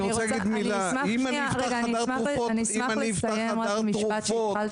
אני רוצה להגיד מילה: אם אני אפתח חדר תרופות,